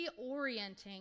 reorienting